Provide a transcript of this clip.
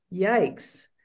Yikes